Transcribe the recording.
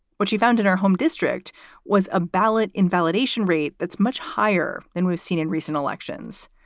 what she found in her home district was a ballot invalidation rate that's much higher than we've seen in recent elections,